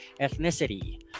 ethnicity